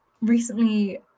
recently